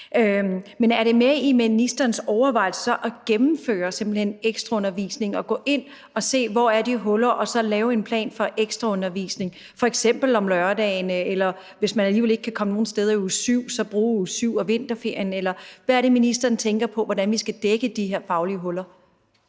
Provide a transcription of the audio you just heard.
Men er det med i ministerens overvejelser så simpelt hen at gennemføre ekstraundervisning, altså at gå ind at se, hvor de huller er, og så lave en plan for ekstraundervisning, f.eks. om lørdagen, eller hvis man alligevel ikke kan komme nogen steder i uge 7, kan man bruge uge 7, altså vinterferien? Eller hvad er det, ministeren tænker om, hvordan vi skal dække de her faglige huller?